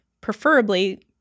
preferably